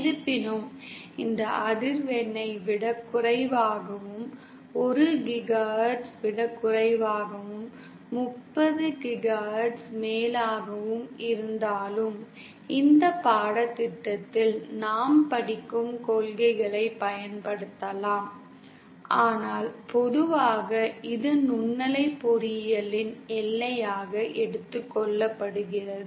இருப்பினும் இந்த அதிர்வெண்ணை விடக் குறைவாகவும் 1 GHz விடக் குறைவாகவும் 30 GHz மேலாகவும் இருந்தாலும் இந்த பாடத்திட்டத்தில் நாம் படிக்கும் கொள்கைகளைப் பயன்படுத்தலாம் ஆனால் பொதுவாக இது நுண்ணலை பொறியியலின் எல்லையாக எடுத்துக் கொள்ளப்படுகிறது